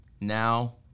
now